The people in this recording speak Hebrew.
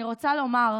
אני רואה